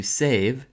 save